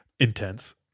intense